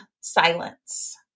silence